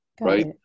right